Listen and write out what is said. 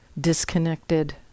disconnected